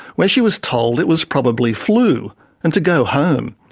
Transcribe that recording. where she was told it was probably flu and to go home.